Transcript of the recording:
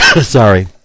Sorry